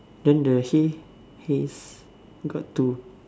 then the hay hays got two